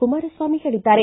ಕುಮಾರಸ್ವಾಮಿ ಹೇಳಿದ್ದಾರೆ